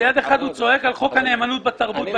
ביד אחת הוא צועק על חוק הנאמנות בתרבות,